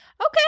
okay